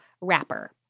wrapper